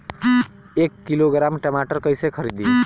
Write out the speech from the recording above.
एक किलोग्राम टमाटर कैसे खरदी?